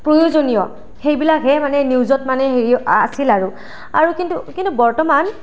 প্ৰয়োজনীয় সেইবিলাকহে মানে নিউজত মানে আছিল আৰু আৰু কিন্তু কিন্তু বৰ্তমান